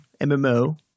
MMO